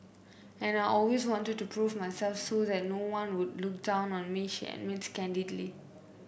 and I always wanted to prove myself so that no one would look down on me she admits candidly